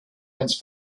hands